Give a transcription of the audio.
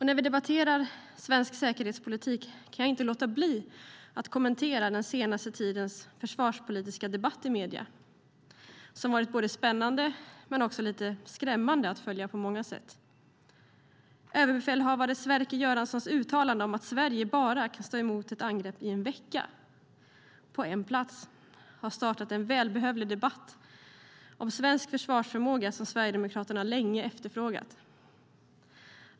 När vi debatterar svensk säkerhetspolitik kan jag inte låta bli att kommentera den senaste tidens försvarspolitiska debatt i medierna, som varit både spännande och lite skrämmande att följa på många sätt. Överbefälhavare Sverker Göranssons uttalande om att Sverige bara kan stå emot ett angrepp i en vecka på en plats har startat en välbehövlig debatt om svensk försvarsförmåga som Sverigedemokraterna länge efterfrågat.